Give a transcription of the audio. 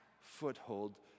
foothold